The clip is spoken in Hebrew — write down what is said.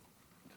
אינני